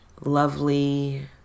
lovely